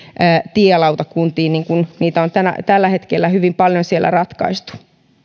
tielautakuntiin missä niitä on tällä hetkellä hyvin paljon ratkaistu